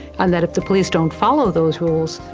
and that if the police don't follow those rules,